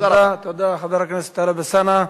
תודה, חבר הכנסת טלב אלסאנע.